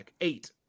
Eight